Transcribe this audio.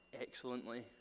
excellently